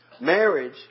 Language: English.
Marriage